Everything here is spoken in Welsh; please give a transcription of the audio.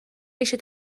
eisiau